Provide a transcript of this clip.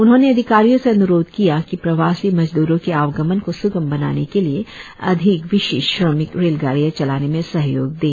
उन्होंने अधिकारियों से अन्रोध किया कि प्रवासी मजदूरों के आवागमन को स्गम बनाने के लिए अधिक विशेष श्रमिक रेलगाड़ियां चलाने में सहयोग दें